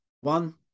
one